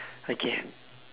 okay